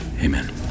Amen